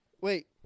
Wait